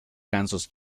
gansos